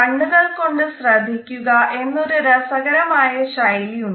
കണ്ണുകൾ കൊണ്ട് ശ്രദ്ധിക്കുക എന്നൊരു രസകരമായ ശൈലിയുണ്ട്